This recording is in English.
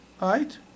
right